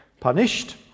Punished